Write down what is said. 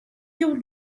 your